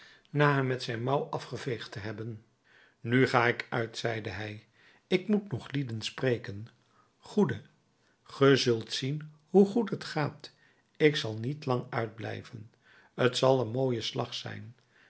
na hem met zijn mouw afgeveegd te hebben nu ga ik uit zeide hij ik moet nog lieden spreken goede ge zult zien hoe goed het gaat ik zal niet lang uitblijven t zal een mooie slag zijn